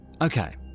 Okay